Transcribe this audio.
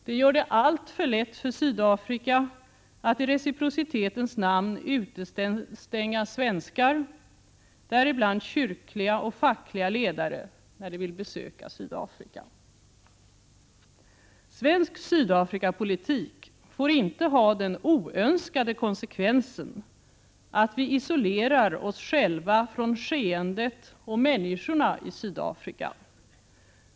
De gör det alltför lätt för Sydafrika att i reciprocitetens namn utestänga svenskar, däribland kyrkliga och fackliga ledare, när de vill besöka Sydafrika. Svensk Sydafrikapolitik får inte ha den oönskade konsekvensen att vi isolerar oss själva från skeendet och människorna i Sydafrika.